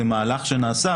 זה מהלך שנעשה,